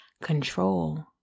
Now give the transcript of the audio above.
control